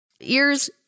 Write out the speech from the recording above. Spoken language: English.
ears